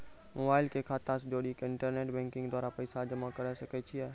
Mobile के खाता से जोड़ी के इंटरनेट बैंकिंग के द्वारा पैसा जमा करे सकय छियै?